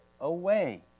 away